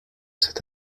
cet